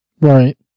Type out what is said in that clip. Right